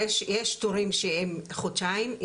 יש תורים שהם חודשיים,